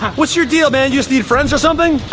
what's your deal man, you just need friends or something?